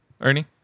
Ernie